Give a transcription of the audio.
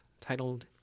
titled